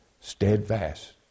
steadfast